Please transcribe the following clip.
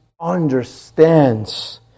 understands